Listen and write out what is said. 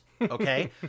okay